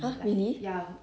ha really